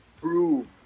prove